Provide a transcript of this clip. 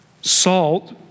salt